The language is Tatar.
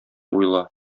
уйла